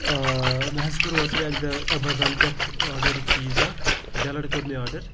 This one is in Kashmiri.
مےٚ حظ کوٚر اوترٕ اَکہِ دۄہ ایمیزان پٮ۪ٹھ آرڈَر چیٖز اَکھ بیٚیہِ لَٹہِ کوٚر مےٚ آرڈَر